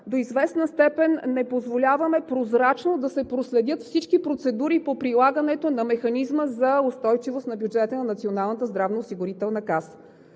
до известна степен не позволяваме прозрачно да се проследят всички процедури по прилагането на механизма за устойчивост на бюджета на